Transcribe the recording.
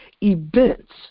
events